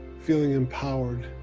feeling empowered.